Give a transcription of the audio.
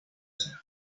ser